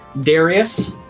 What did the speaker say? Darius